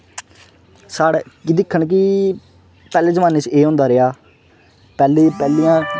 साढ़ा दिक्खन कि पैह्ले जमान्ने च एह् होंदा रेहा पैह्ली